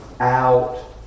out